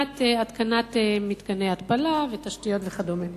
לטובת התקנת מתקני התפלה ותשתיות וכדומה.